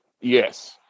Yes